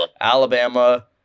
Alabama